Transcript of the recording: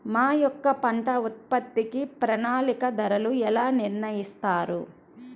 మా యొక్క పంట ఉత్పత్తికి ప్రామాణిక ధరలను ఎలా నిర్ణయిస్తారు?